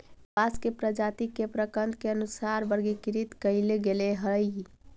बांस के प्रजाती के प्रकन्द के अनुसार वर्गीकृत कईल गेले हई